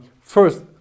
first